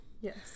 Yes